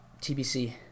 TBC